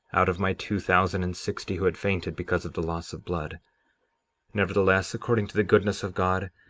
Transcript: out of my two thousand and sixty, who had fainted because of the loss of blood nevertheless, according to the goodness of god,